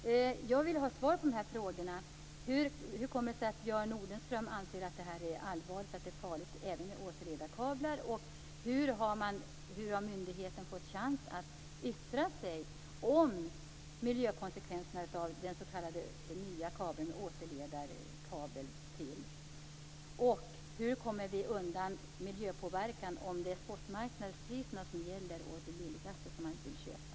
Jag vill ha svar dessa frågor: Hur kommer det sig att Björn Nordenström anser att detta är allvarligt och att det är farligt även med återledarkablar? Hur har myndigheten fått chans att yttra sig om miljökonsekvenserna av den nya återledarkabeln? Hur kommer vi undan miljöpåverkan om det är spotmarknadspriserna som gäller och man vill köpa det billigaste?